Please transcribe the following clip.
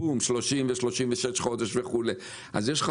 ואז זה יוצר 30 ו-36 חודשים וכו',